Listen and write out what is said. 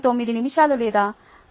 79 నిమిషాలు లేదా 527